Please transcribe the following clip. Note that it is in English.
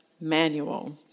Manual